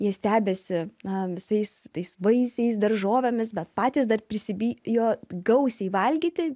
jie stebisi na visais tais vaisiais daržovėmis bet patys dar prisibijo gausiai valgyti